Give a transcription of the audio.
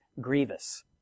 grievous